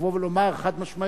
לבוא ולומר חד-משמעית